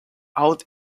out